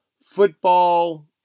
football